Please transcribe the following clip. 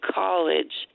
college